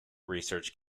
research